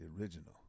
original